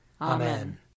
Amen